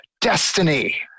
destiny